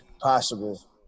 possible